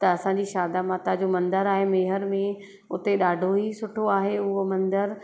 त असांजी शारदा माता जो मंदरु आहे मेहर में उते ॾाढो ई सुठो आहे उहो मंदरु